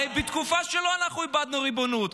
הרי בתקופה שלו אנחנו איבדנו ריבונות.